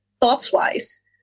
thoughts-wise